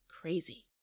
crazy